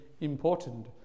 important